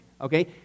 Okay